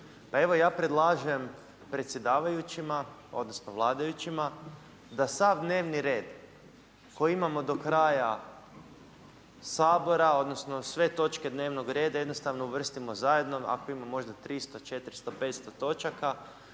Pa evo ja predlažem predsjedavajućima odnosno vladajućima da sav dnevni red koji imamo do kraja sabora odnosno sve točke dnevnog reda jednostavno uvrstimo zajedno, ako ima možda 300, 400, 500 točaka